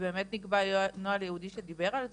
ובאמת נקבע נוהל ייעודי שדיבר על זה,